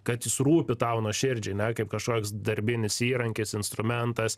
kad jis rūpi tau nuoširdžiai ne kaip kažkoks darbinis įrankis instrumentas